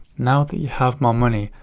now that you have more money,